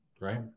Right